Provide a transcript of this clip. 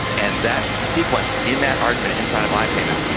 and that sequence in that argument, inside of i payment,